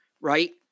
Right